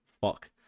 fuck